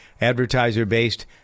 advertiser-based